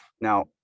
now